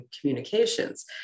communications